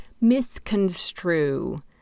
misconstrue